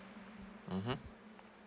mmhmm